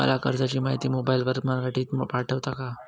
मला कर्जाची माहिती मोबाईलवर मराठीत पाठवता का?